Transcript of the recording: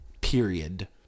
Period